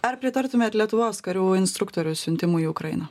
ar pritartumėt lietuvos karių instruktorių siuntimui į ukrainą